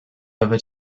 over